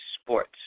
sports